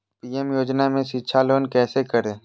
PM योजना में शिक्षा लोन कैसे करें?